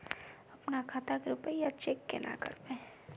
अपना खाता के रुपया चेक केना करबे?